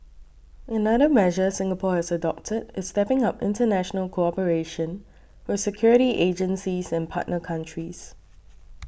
another measure Singapore has adopted is stepping up international cooperation with security agencies and partner countries